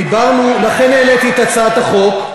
לכן העליתי את הצעת החוק,